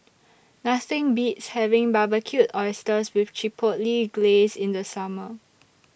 Nothing Beats having Barbecued Oysters with Chipotle Glaze in The Summer